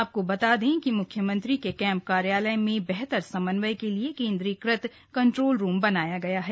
आपको बता दें कि म्ख्यमंत्री के कैम्प कार्यालय में बेहतर समन्वय के लिए केन्द्रीकृत कंट्रोल रूम बनाया गया है